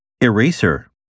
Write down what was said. Eraser